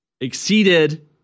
exceeded